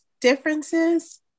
differences